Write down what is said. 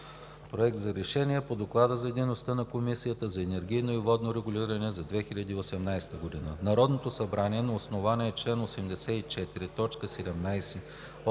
„Проект! РЕШЕНИЕ по Доклад за дейността на Комисията за енергийно и водно регулиране за 2018 г. Народното събрание на основание чл. 84, т.